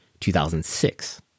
2006